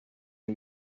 are